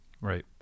Right